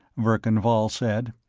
verkan vall said.